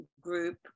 group